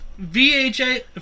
VHA